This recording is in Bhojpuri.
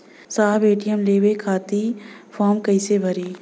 साहब ए.टी.एम लेवे खतीं फॉर्म कइसे भराई?